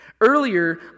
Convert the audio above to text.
Earlier